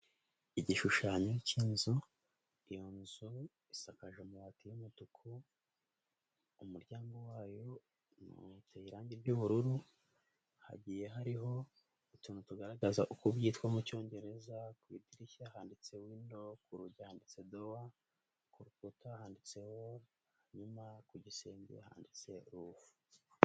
Igishushanyo cy'inzu, iyo nzu isakaje amabati y'umutuku, umuryango wayo uteye irangi ry'ubururu, hagiye hariho utuntu tugaragaza uko byitwa mu cyongereza ku idirishya handitse window, ku rugi handitse dowa, ku rukuta handitse wall hanyuma ku gisenge handitse rufu.